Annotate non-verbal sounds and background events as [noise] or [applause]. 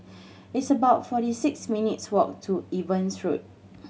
[noise] it's about forty six minutes' walk to Evans Road